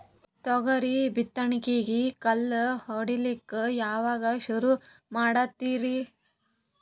ತೊಗರಿ ಬಿತ್ತಣಿಕಿಗಿ ಗಳ್ಯಾ ಹೋಡಿಲಕ್ಕ ಯಾವಾಗ ಸುರು ಮಾಡತೀರಿ?